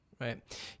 Right